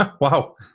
Wow